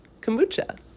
kombucha